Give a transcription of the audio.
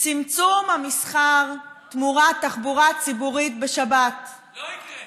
צמצום המסחר תמורת תחבורה ציבורית בשבת, לא יקרה.